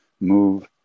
move